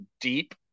deep